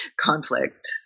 conflict